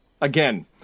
Again